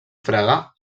fraga